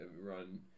run